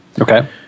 Okay